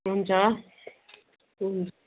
हुन्छ हुन्